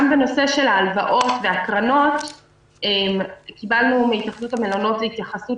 גם בנושא של ההלוואות והקרנות קיבלנו מהתאחדות המלונות התייחסות